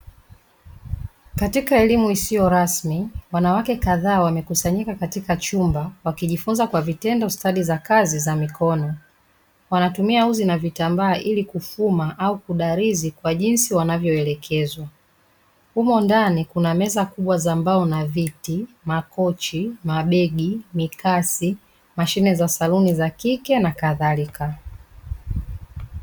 Katika elimu isiyo rasmi wanawake kadhaa wamekusanyika katika chumba wakijifunza kwa vitendo stadi za kazi za mikono, wanatumia uzi na vitambaa ili kufuma au kudalizi kwa jinsi wanavyoelekezwa, humo ndani kunakuna meza kubwa za mbao na viti, makochi, mabegi, mikasi, mashine za saluni za kike na kadhalika.